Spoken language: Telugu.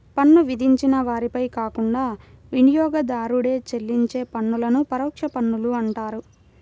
పన్ను విధించిన వారిపై కాకుండా వినియోగదారుడే చెల్లించే పన్నులను పరోక్ష పన్నులు అంటారు